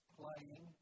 playing